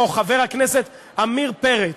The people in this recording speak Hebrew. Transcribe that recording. או חבר הכנסת עמיר פרץ,